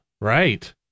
right